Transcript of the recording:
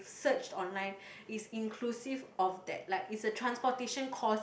search online is inclusive of that like is a transportation cost